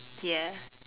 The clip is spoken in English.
ya